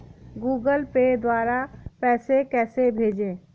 Google Pay द्वारा पैसे कैसे भेजें?